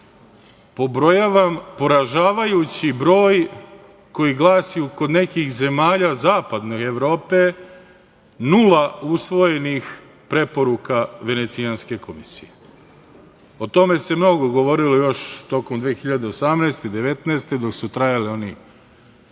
poražavajući broj koji glasi kod nekih zemalja zapadne Evrope nula usvojenih preporuka Venecijanske komisije. O tome se mnogo govorilo još tokom 2018, 2019. godine, dok su trajala ona prva